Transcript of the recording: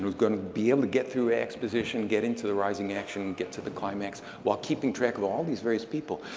going to be able to get through exposition, get into the rising action, get to the climax while keeping track of all these various people.